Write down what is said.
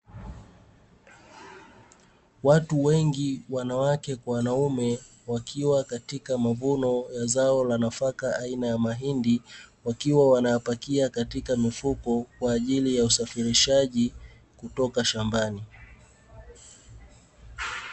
Watu wengi wanawake kwa wanaume wakiwa katika mavuno ya zao la nafaka aina ya mahindi, wakiwa wanayapakia katika mifuko kwa ajili ya usafirishaji kutoka shambani.